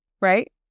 right